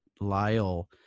Lyle